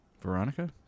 Veronica